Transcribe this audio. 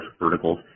verticals